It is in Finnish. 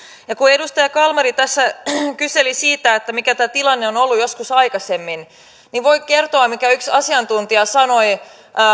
ja kun edustaja kalmari tässä kyseli mikä tämä tilanne on ollut joskus aikaisemmin niin voin kertoa mitä yksi asiantuntija sanoi